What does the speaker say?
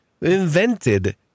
invented